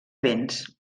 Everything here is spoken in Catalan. béns